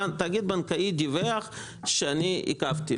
התאגיד הבנקאי דיווח שאני עיכבתי,